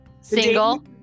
Single